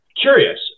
curious